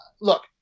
look